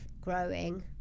growing